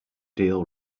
deal